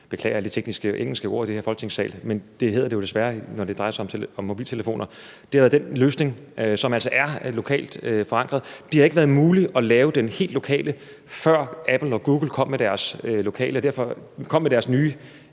beklager alle de tekniske engelske ord i den her Folketingssal, men det hedder det jo desværre, når det drejer sig om mobiltelefoner. Det har været den løsning, som altså er lokalt forankret. Det har ikke været muligt at lave det helt lokalt, før Apple og Google kom med deres nye API, som det hedder –